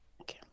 okay